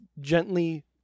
gently